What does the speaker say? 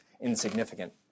insignificant